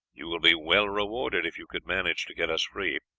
you will be well rewarded if you could manage to get us free.